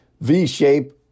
V-shape